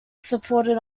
supported